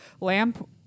lamp